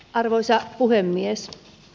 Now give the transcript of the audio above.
arvoisa puhemies